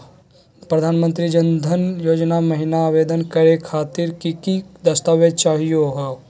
प्रधानमंत्री जन धन योजना महिना आवेदन करे खातीर कि कि दस्तावेज चाहीयो हो?